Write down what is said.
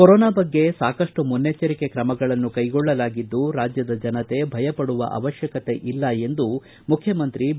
corona ಬಗ್ಗೆ ಸಾಕ ಸ್ವ ಮುನ್ನೆಚ್ಚರಿಕೆ ್ರಮಗಳನ್ನು ಕೈಕೊಳ್ಳಲಾಗಿದ್ದು ರಾಜ್ಯದ ಜನತೆ ಭಯ ಪಡುವ ಅವಶ್ಯಕತೆ ಇಲ್ಲ ಎಂದು ಮುಖ್ಯಮಂತ್ರಿ ಬಿ